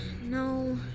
No